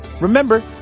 Remember